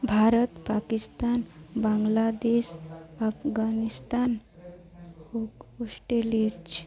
ଭାରତ ପାକିସ୍ତାନ ବାଂଲାଦେଶ ଆଫଗାନିସ୍ତାନ ଓ ଅଷ୍ଟ୍ରେଲିଆ